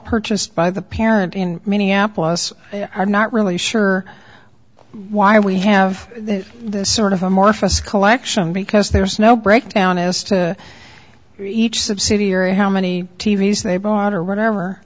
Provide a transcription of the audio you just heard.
purchased by the parent in minneapolis i'm not really sure why we have this sort of amorphous collection because there's no breakdown as to each subsidy or how many t v s they bought or whatever